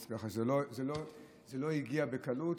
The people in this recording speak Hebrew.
ככה שזה לא הגיע בקלות,